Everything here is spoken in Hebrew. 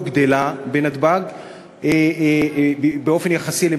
אנחנו נצביע על שלוש הצעות האי-אמון בממשלה,